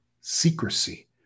secrecy